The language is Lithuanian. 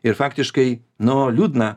ir faktiškai nu liūdna